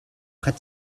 khat